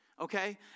Okay